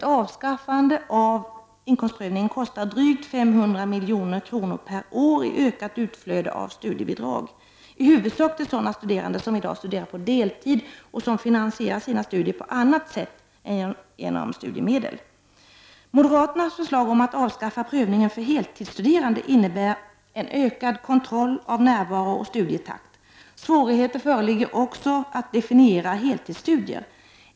Ett avskaffande av inkomstprövningen kostar drygt 500 miljoner per år i ökat utflöde av studiebidrag. Det är i huvudsak fråga om bidrag till sådana studerande som i dag studerar på deltid och finansierar sina studier på annat sätt än genom studiemedel. Moderaternas förslag om att avskaffa prövningen för heltidsstuderande innebär en ökad kontroll av närvaro och studietakt. Svårigheter föreligger också när det gäller att definiera heltidsstudier.